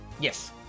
Yes